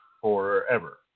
Forever